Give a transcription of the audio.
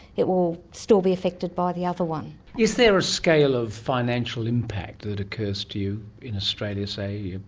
it will still be affected by the other one. is there a scale of financial impact that occurs to you in australia, say,